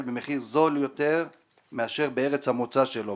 במחיר זול יותר מאשר בארץ המוצא שלו,